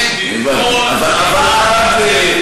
רצח של אלפים